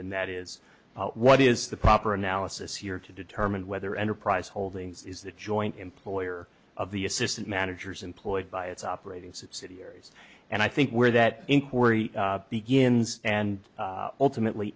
and that is what is the proper analysis here to determine whether enterprise holdings is the joint employer of the assistant managers employed by its operating subsidiaries and i think where that inquiry begins and ultimately